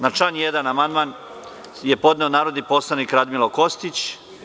Na član 1. amandman je podneo narodni poslanik Radmilo Kostić.